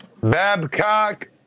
Babcock